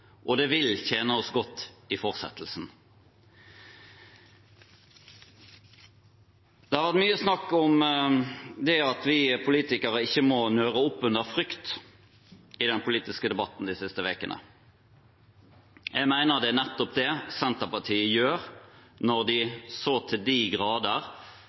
og den vil tjene oss godt i fortsettelsen. Det har vært mye snakk om i den politiske debatten de siste ukene at vi politikere ikke må nøre opp under frykt. Jeg mener det er nettopp det Senterpartiet gjør når de så til de grader